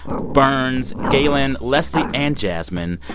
burns, galen, leslie and jasmine,